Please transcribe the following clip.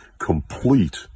complete